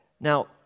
Now